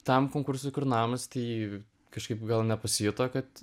tam konkursui kur namas tai kažkaip gal nepasijuto kad